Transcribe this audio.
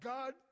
God